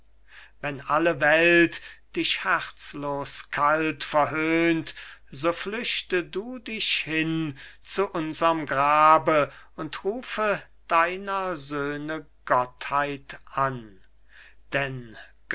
wenn alle welt dich herzlos kalt verhöhnt so flüchte du dich hin zu unserm grabe und rufe deiner söhne gottheit an denn